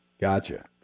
Gotcha